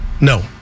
No